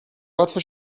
łatwo